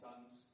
Sons